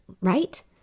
right